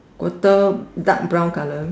quarter dark brown colour